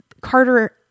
Carter